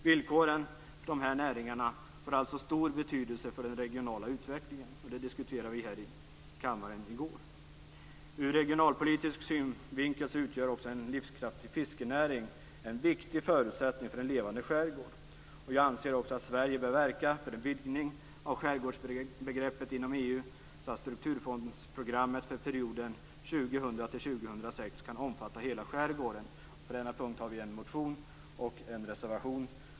Villkoren för dessa näringar får alltså stor betydelse för den regionala utvecklingen. Det diskuterade vi här i kammaren i går. Ur regionalpolitisk synvinkel utgör också en livskraftig fiskenäring en viktig förutsättning för en levande skärgård. Jag anser också att Sverige bör verka för en vidgning av skärgårdsbegreppet inom EU så att strukturfondsprogrammet för perioden 2000-2006 kan omfatta hela skärgården. På denna punkt har vi en motion och en reservation.